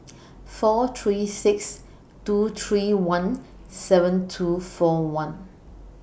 four three six two three one seven two four one